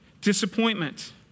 Disappointment